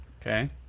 Okay